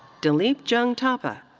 dilip jung thapa.